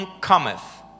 cometh